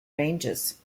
ranges